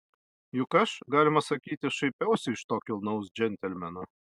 juk aš galima sakyti šaipiausi iš to kilnaus džentelmeno